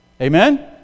Amen